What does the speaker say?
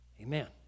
Amen